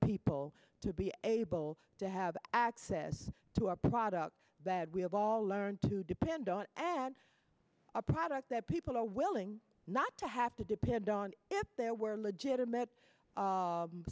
people to be able to have access to our products that we have all learned to depend on and a product that people are willing not to have to depend on if there were legitimate